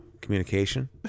Communication